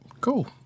cool